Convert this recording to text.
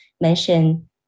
mention